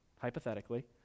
hypothetically